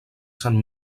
sant